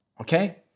Okay